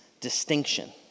distinction